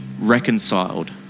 reconciled